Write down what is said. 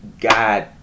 God